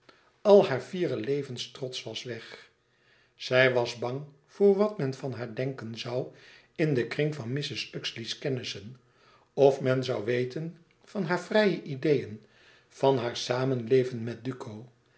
al haar fiere levenstrots was weg zij was bang voor wat men van haar denken zoû in den kring van mrs uxeley's kennissen of men zoû weten van haar vrije ideeën van haar samende